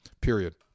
Period